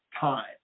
time